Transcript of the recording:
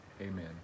Amen